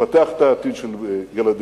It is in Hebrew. לפתח את העתיד של ילדינו,